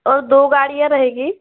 और दो गाड़ियाँ रहेगी